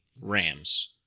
Rams